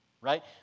right